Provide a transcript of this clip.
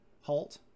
halt